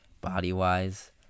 body-wise